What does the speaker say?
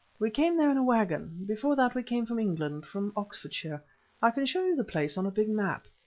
we came there in a waggon. before that we came from england from oxfordshire i can show you the place on a big map.